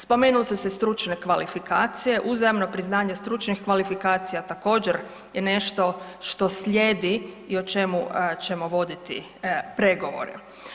Spomenuli su se stručne kvalifikacije, uzajamno priznanje stručnih kvalifikacija također, je nešto što slijedi i o čemu ćemo voditi pregovore.